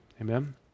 Amen